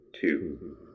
two